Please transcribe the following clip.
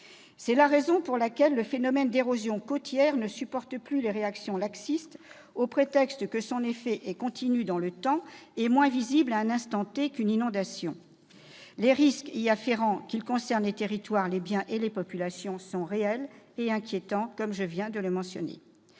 C'est la raison pour laquelle le phénomène d'érosion côtière ne peut plus donner lieu à des réactions laxistes, au prétexte que son effet est continu dans le temps et moins visible qu'une inondation. Les risques y afférents, qu'ils concernent les territoires, les biens ou les populations, sont réels et inquiétants, je viens de le souligner.